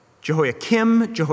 Jehoiakim